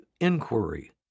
inquiry